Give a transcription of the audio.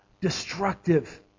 destructive